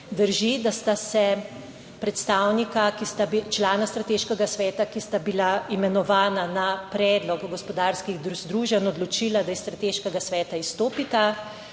Drži, da sta se predstavnika, ki sta člana strateškega sveta, ki sta bila imenovana na predlog gospodarskih združenj odločila, da iz strateškega sveta izstopita.